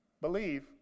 believe